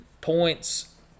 points